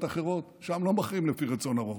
אחרות: שם לא מכריעים לפי רצון הרוב,